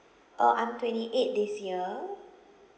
uh I'm twenty eight this year